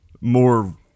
more